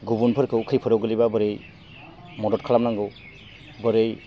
गुबुनफोरखौ खैफोदाव गोग्लैबा बोरै मदद खालामनांगौ बोरै